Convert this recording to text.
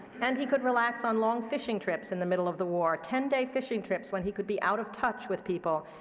and he could relax on long fishing trips in the middle of the war, ten day fishing trips when he could be out of touch with people.